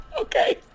Okay